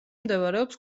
მდებარეობს